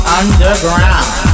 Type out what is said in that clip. underground